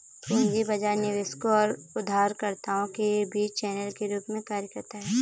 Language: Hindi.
पूंजी बाजार निवेशकों और उधारकर्ताओं के बीच चैनल के रूप में कार्य करता है